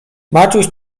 maciuś